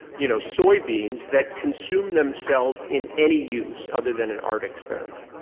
you know, soybeans that consume themselves in any use other than an art experiment.